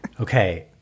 Okay